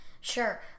Sure